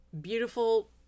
beautiful